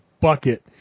bucket